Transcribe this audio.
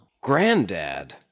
Granddad